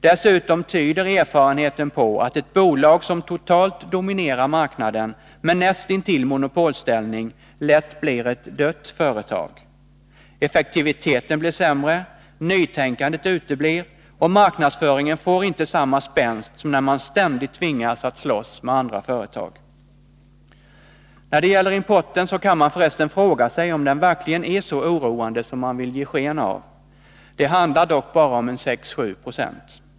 Dessutom tyder erfarenheten på att ett bolag som totalt dominerar marknaden, med näst intill monopolställning, lätt blir ett ”dött” företag. Effektiviteten blir sämre, nytänkandet uteblir och marknadsföringen får inte samma spänst som när man ständigt tvingas att slåss med andra företag. När det gäller importen så kan man förresten fråga sig om den verkligen är så oroande som man vill ge sken av. Det handlar dock bara om 6-7 9.